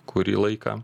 kurį laiką